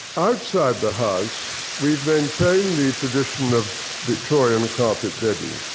outside the house, we've maintained the tradition of victorian carpet bedding.